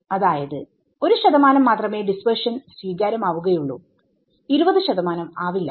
അതായത് 1 മാത്രമേ ഡിസ്പെർഷൻ സ്വീകാര്യം ആവുകയുള്ളൂ20 ആവില്ല